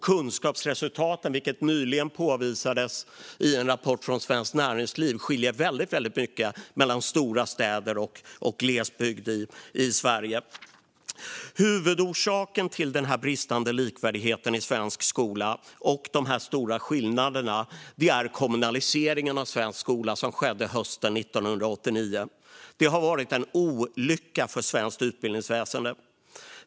Kunskapsresultaten i Sverige skiljer sig väldigt mycket åt mellan stora städer och glesbygd, vilket nyligen påvisades i en rapport från Svenskt Näringsliv. Huvudorsaken till denna bristande likvärdighet i svensk skola och till dessa stora skillnader är den kommunalisering av svensk skola som skedde hösten 1989. Den har varit en olycka för det svenska utbildningsväsendet.